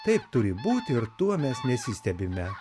taip turi būti ir tuo mes nesistebime